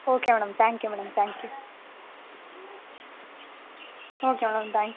okay madam thank you madam thank you okay madam thank you